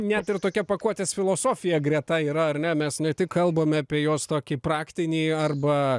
net ir tokia pakuotės filosofija greta yra ar ne mes ne tik kalbame apie jos tokį praktinį arba